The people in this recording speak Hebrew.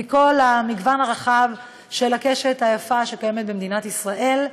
מכל המגוון הרחב של הקשת היפה שקיימת במדינת ישראל,